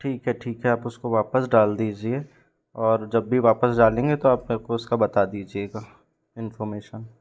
ठीक है ठीक है आप उसको वापस डाल दीजिए और जब भी वापस डालेंगे तो आप मेर को उसका बता दीजिएगा इनफॉरमेशन